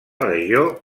regió